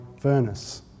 furnace